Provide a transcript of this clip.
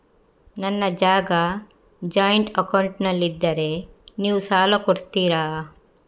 ನನ್ನ ಜಾಗ ಜಾಯಿಂಟ್ ಅಕೌಂಟ್ನಲ್ಲಿದ್ದರೆ ನೀವು ಸಾಲ ಕೊಡ್ತೀರಾ?